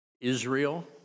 Israel